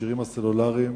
למכשירים הסלולריים